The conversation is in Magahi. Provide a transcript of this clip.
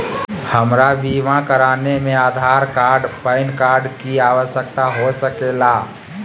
हमरा बीमा कराने में आधार कार्ड पैन कार्ड की आवश्यकता हो सके ला?